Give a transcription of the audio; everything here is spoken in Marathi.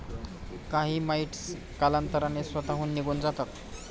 काही माइटस कालांतराने स्वतःहून निघून जातात